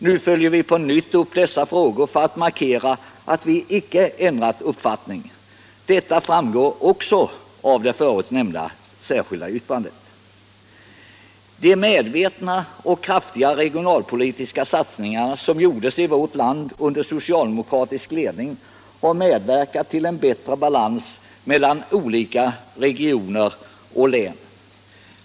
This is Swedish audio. Nu följer vi på nytt upp dessa frågor för att markera att vi icke ändrat uppfattning. Det framgår också av vårt förut nämnda särskilda yttrande. De medvetna och kraftiga regionalpolitiska satsningar som gjordes i vårt land under socialdemokratisk ledning har medverkat till en bättre balans mellan olika regioner och län.